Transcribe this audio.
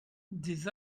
des